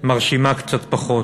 מרשימה קצת פחות.